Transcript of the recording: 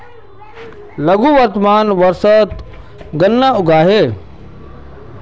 रघु वर्तमान वर्षत गन्ना उगाबे